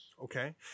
Okay